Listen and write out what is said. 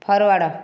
forward